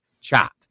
chat